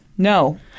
No